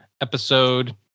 episode